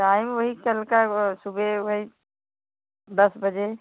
time वही कल का सुबह वही दस बजे